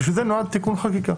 לזה נועד תיקון חקיקה.